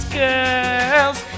girls